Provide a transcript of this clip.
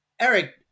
Eric